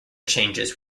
changes